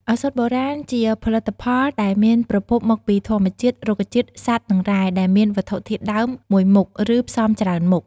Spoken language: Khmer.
ឱសថបុរាណជាផលិតផលដែលមានប្រភពមកពីធម្មជាតិ រុក្ខជាតិ សត្វ និង រ៉ែ ដែលមានវត្ថុធាតុដើម មួយមុខ ឬ ផ្សំច្រើនមុខ។